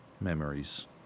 memories